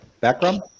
background